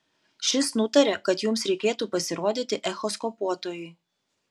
šis nutarė kad jums reikėtų pasirodyti echoskopuotojui